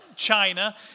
china